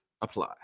apply